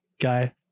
guy